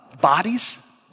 bodies